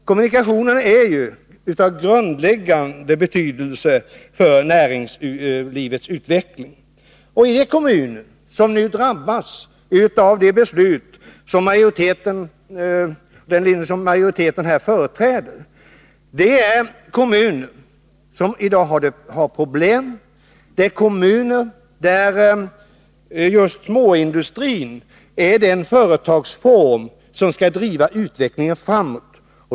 Kommunikationerna är ju av grundläggande betydelse för näringslivets utveckling. De kommuner som nu drabbas av det beslut majoriteten företräder är kommuner som i dag har problem, det är kommuner där just småindustrin är den företagsform som skall driva utvecklingen framåt.